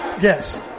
Yes